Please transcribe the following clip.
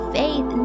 faith